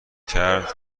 کرد